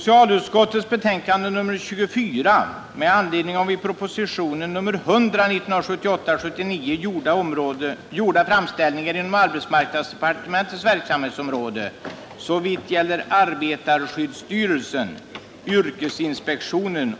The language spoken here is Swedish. I fråga om detta betänkande hålles gemensam överläggning för samtliga punkter. Under den gemensamma överläggningen får yrkanden framställas beträffande samtliga punkter i betänkandet. I det följande redovisas endast de punkter, vid vilka under överläggningen framställts särskilda yrkanden. 3. hos regeringen begära förslag om formerna för överförande av den kommunala tillsynen till yrkesinspektionen.